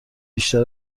بیشتر